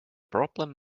problem